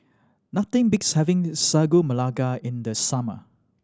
nothing beats having Sagu Melaka in the summer